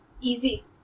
easy